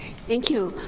thank you.